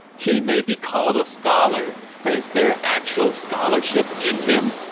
he may be called a scholar, but is there actual scholarship in him?